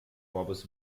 morbus